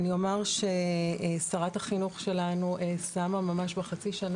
אני אומר ששרת החינוך שלנו שמה ממש בחצי השנה